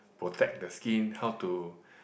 protect the skin how to